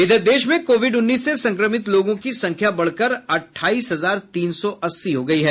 इधर देश में कोविड उन्नीस से संक्रमित लोगों की संख्या बढ़कर अठाईस हजार तीन सौ अस्सी हो गई है